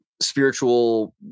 spiritual